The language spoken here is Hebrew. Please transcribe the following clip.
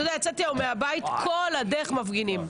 אתה יודע, יצאתי היום מהבית, כל הדרך מפגינים.